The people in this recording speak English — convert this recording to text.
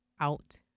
out